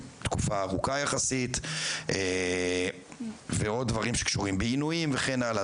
תקופה ארוכה יחסית ועוד דברים שקשורים בעינויים וכן הלאה,